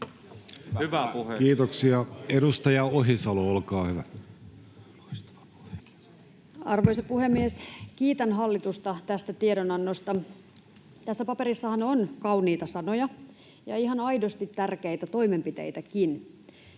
Kiitoksia. — Edustaja Ohisalo, olkaa hyvä. Arvoisa puhemies! Kiitän hallitusta tästä tiedonannosta. Tässä paperissahan on kauniita sanoja ja ihan aidosti tärkeitä toimenpiteitäkin.